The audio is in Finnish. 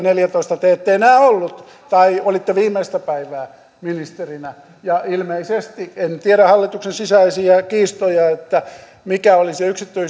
kaksituhattaneljätoista te ette enää ollut tai olitte viimeistä päivää ministerinä en tiedä hallituksen sisäisiä kiistoja että mikä